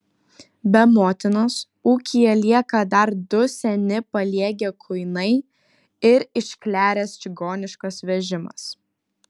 be motinos ūkyje lieka dar du seni paliegę kuinai ir iškleręs čigoniškas vežimas